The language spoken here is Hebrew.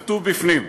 כתוב בפנים.